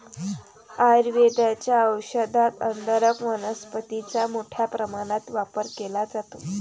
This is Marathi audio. आयुर्वेदाच्या औषधात अदरक वनस्पतीचा मोठ्या प्रमाणात वापर केला जातो